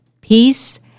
peace